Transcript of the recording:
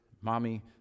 Mommy